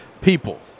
people